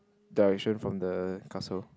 direction from the castle